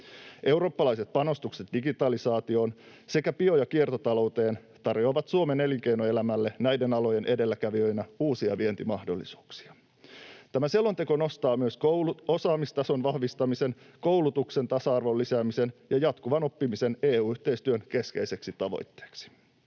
Eurooppalaiset panostukset digitalisaatioon sekä bio- ja kiertotalouteen tarjoavat Suomen elinkeinoelämälle näiden alojen edelläkävijänä uusia vientimahdollisuuksia. Tämä selonteko nostaa myös osaamistason vahvistamisen, koulutuksen tasa-arvon lisäämisen ja jatkuvan oppimisen EU-yhteistyön keskeisiksi tavoitteiksi.